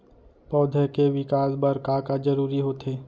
पौधे के विकास बर का का जरूरी होथे?